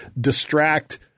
distract